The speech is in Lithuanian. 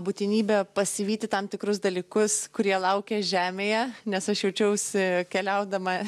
būtinybė pasivyti tam tikrus dalykus kurie laukia žemėje nes aš jaučiausi keliaudama